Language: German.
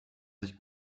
sich